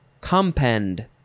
compend